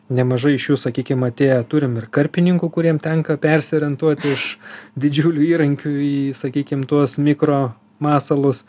nemažai iš jų sakykim atėję turim ir karpininkų kuriems tenka persiorientuoti iš didžiulių įrankių į sakykim tuos mikro masalus